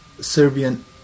Serbian